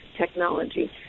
technology